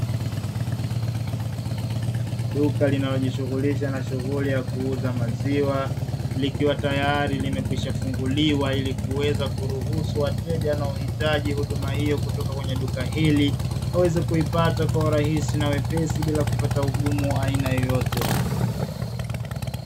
Duka linalojishughulisha na shughuli ya kuuza maziwa, likiwa tayari limekwisha funguliwa ili kuweza kuruhusu wateja wanaohitaji huduma hiyo kutoka kwenye duka hili waweze kuipata kwa urahisi na wepesi bila kupata ugumu wa aina yoyote.